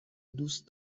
دوست